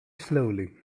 slowly